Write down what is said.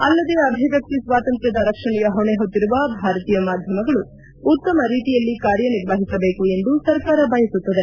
ಅಲ್ಲದೆ ಅಭಿವ್ಯಕ್ತಿ ಸ್ವಾತಂತ್ರ್ಯದ ರಕ್ಷಣೆಯ ಹೊಣೆ ಹೊತ್ತಿರುವ ಭಾರತೀಯ ಮಾಧ್ಯಮಗಳು ಉತ್ತಮ ರೀತಿಯಲ್ಲಿ ಕಾರ್ಯ ನಿರ್ವಹಿಸಬೇಕು ಎಂದು ಸರ್ಕಾರ ಬಯಸುತ್ತದೆ